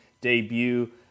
debut